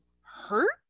hurt